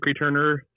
returner